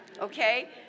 okay